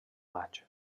maig